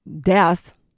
death